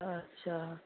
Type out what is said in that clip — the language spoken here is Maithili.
अच्छा